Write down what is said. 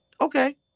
Okay